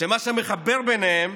שמה שמחבר ביניהם